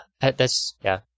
That's—yeah